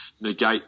negate